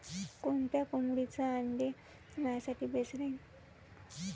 कोनच्या कोंबडीचं आंडे मायासाठी बेस राहीन?